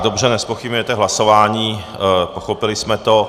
Dobře, nezpochybňujete hlasování, pochopili jsme to.